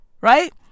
right